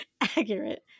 accurate